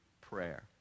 prayer